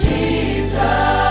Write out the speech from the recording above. Jesus